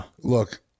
Look